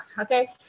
Okay